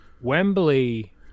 Wembley